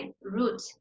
root